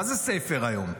מה זה ספר היום?